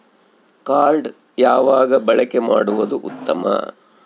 Card ಯಾವಾಗ ಬಳಕೆ ಮಾಡುವುದು ಉತ್ತಮ?